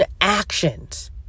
actions